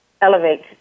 elevate